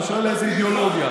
אני שואל איזו אידיאולוגיה.